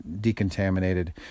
decontaminated